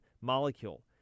molecule